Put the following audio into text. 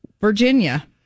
Virginia